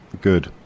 Good